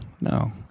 no